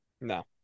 no